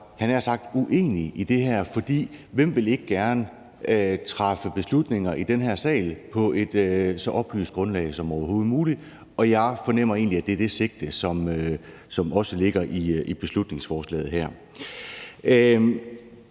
at være uenig i det her, for hvem vil ikke gerne træffe beslutninger i den her sal på et så oplyst grundlag som overhovedet muligt, og jeg fornemmer egentlig, at det er det sigte, som også ligger her i beslutningsforslaget.